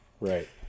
right